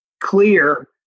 clear